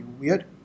weird